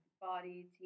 Body